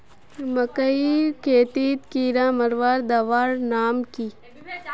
मकई खेतीत कीड़ा मारवार दवा नाम की?